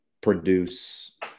produce